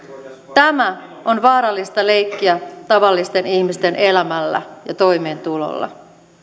tämä on vaarallista leikkiä tavallisten ihmisten elämällä ja toimeentulolla